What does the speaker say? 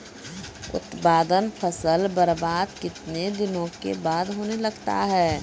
उत्पादन फसल बबार्द कितने दिनों के बाद होने लगता हैं?